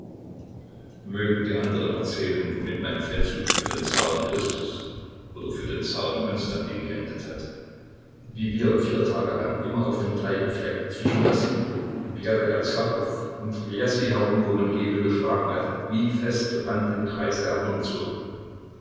mögen die anderen erzählen womit mein feldzug für den zaren christus oder für den zaren konstantin geendet hat wie wir vier tage lang immer auf dem gleichen fleck zwischen wassilkow und bjelaja zerkow um triljessy herum wo man gebel geschlagen hatte wie festgebannt im kreise herumzogen